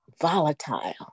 volatile